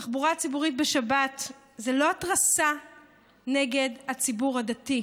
תחבורה ציבורית בשבת זאת לא התרסה נגד הציבור הדתי.